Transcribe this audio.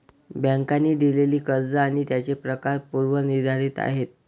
बँकांनी दिलेली कर्ज आणि त्यांचे प्रकार पूर्व निर्धारित आहेत